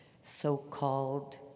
so-called